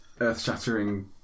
earth-shattering